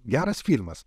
geras filmas